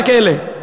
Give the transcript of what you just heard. רק אלה.